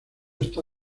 está